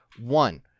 One